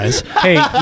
Hey